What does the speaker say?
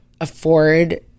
afford